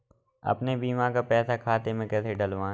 अपने बीमा का पैसा खाते में कैसे डलवाए?